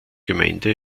gemeinde